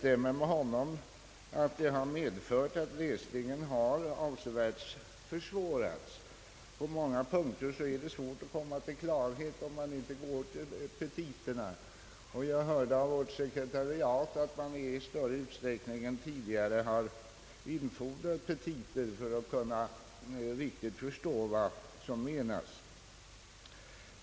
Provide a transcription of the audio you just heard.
Jag håller med herr Isacson om att detta har medfört att läsningen avsevärt försvårats. På många punkter är det svårt att komma till klarhet om vad som verkligen föreslås utan att gå till de olika verkens petitaäskanden. Jag hörde av vårt sekretariat att man där i större utsträckning än tidigare har infordrat petita från verken.